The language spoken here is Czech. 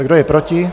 Kdo je proti?